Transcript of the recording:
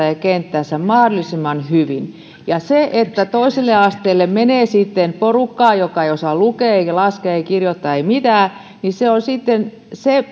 ja kenttänsä mahdollisimman hyvin se että toiselle asteelle menee porukkaa joka ei osaa lukea eikä laskea eikä kirjoittaa ei mitään on sitten se